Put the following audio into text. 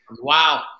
Wow